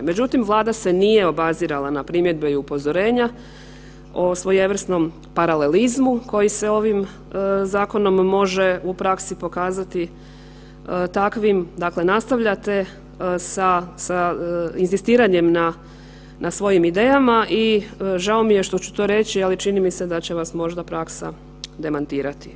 Međutim, Vlada se nije obazirala na primjedbe i upozorenja o svojevrsnom paralelizmu koji se ovim zakonom može u praksi pokazati, takvim dakle nastavljate sa, sa inzistiranjem na svojim idejama i žao mi je što ću to reći, ali čini mi se da će vas možda praksa demantirati.